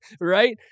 Right